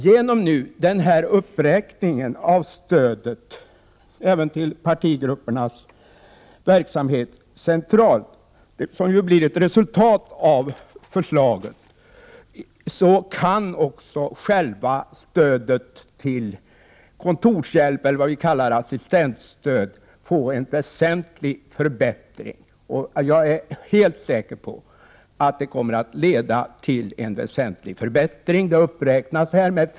Genom den uppräkning av stödet till partigruppernas verksamhet centralt som blir en följd av förslaget kan det också bli en väsentlig förbättring i fråga om stödet till kontorshjälp eller vad vi kallar assistentstödet. 73 Jag är helt säker på att detta kommer att leda till en väsentlig förbättring.